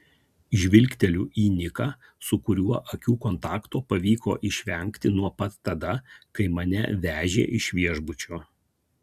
žvilgteliu į niką su kuriuo akių kontakto pavyko išvengti nuo pat tada kai mane vežė iš viešbučio